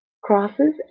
crosses